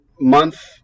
month